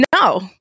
No